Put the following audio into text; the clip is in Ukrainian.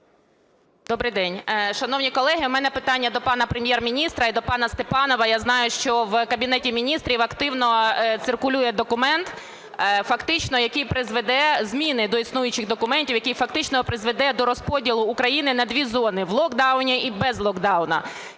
Добрий день! Шановні колеги, у мене питання до пана Прем’єр-міністра і до пана Степанова. Я знаю, що в Кабінеті Міністрів активно циркулює документ, фактично який призведе зміни до існуючих документів, який фактично призведе до розподілу України на дві зони – в локдауні і без локдауна.